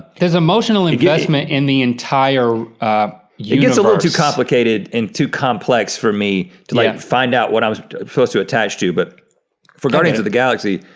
there's emotional investment in the entire universe. yeah it gets a little too complicated and too complex for me to like find out what i'm supposed to attach to, but for guardians of the galaxy,